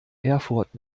erfurt